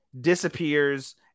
disappears